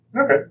Okay